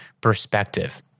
perspective